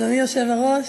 אדוני היושב-ראש,